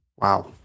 Wow